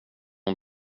hon